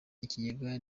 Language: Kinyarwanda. ikigega